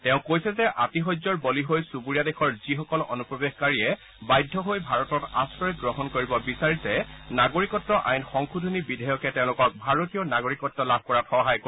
তেওঁ কৈছে যে আতিশয্যৰ বলি হৈ চূবুৰীয়া দেশৰ যিসকল অনুপ্ৰৱেশকাৰীয়ে বাধ্য হৈ ভাৰতত আশ্ৰয় গ্ৰহণ কৰিব বিচাৰিছে নাগৰিকত্ব আইন সংশোধনী বিধেয়কে তেওঁলোকক ভাৰতীয় নাগৰিকত্ব লাভ কৰাত সহায় কৰিব